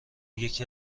یکی